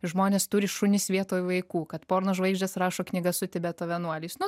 žmonės turi šunis vietoj vaikų kad porno žvaigždės rašo knygas su tibeto vienuoliais nu